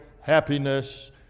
happiness